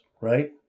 right